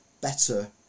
better